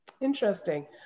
Interesting